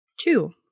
two